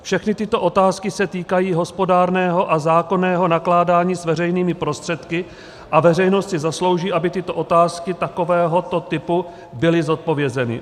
Všechny tyto otázky se týkají hospodárného a zákonného nakládání s veřejnými prostředky a veřejnost si zaslouží, aby tyto otázky takovéhoto typu byly zodpovězeny.